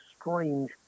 strange